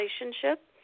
relationship